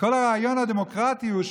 כל הרעיון הדמוקרטי הוא,